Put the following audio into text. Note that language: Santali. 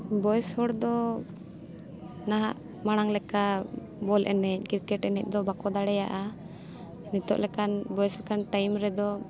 ᱵᱚᱭᱮᱥ ᱦᱚᱲ ᱫᱚ ᱱᱟᱦᱟᱜ ᱢᱟᱲᱟᱝ ᱞᱮᱠᱟ ᱵᱚᱞ ᱮᱱᱮᱡ ᱠᱨᱤᱠᱮᱴ ᱮᱱᱮᱡ ᱫᱚ ᱵᱟᱠᱚ ᱫᱟᱲᱮᱭᱟᱜᱼᱟ ᱱᱤᱛᱚᱜ ᱞᱮᱠᱟᱱ ᱵᱚᱭᱮᱥ ᱟᱠᱟᱱ ᱴᱟᱭᱤᱢ ᱨᱮᱫᱚ